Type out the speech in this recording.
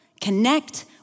Connect